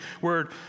word